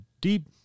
deep